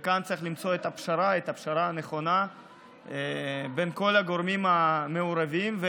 צריך למצוא פשרה נכונה בין כל הגורמים המעורבים,